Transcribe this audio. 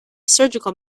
surgical